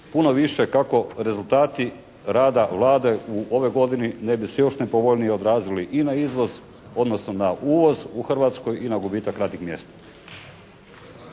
puno više kako rezultati rada Vlade u ovoj godini ne bi se još nepovoljnije odrazili i na izvoz, odnosno na uvoz u Hrvatskoj i na gubitak radnih mjesta.